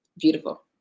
Beautiful